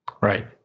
Right